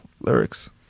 lyrics